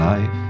Life